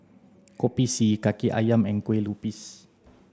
Kopi C Kaki Ayam and Kueh Lupis